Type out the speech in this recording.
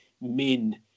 main